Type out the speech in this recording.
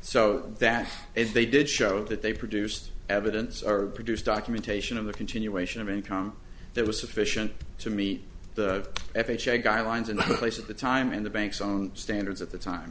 so that if they did show that they produced evidence are produced documentation of the continuation of income that was sufficient to meet the f h a guidelines in place at the time and the bank's own standards at the time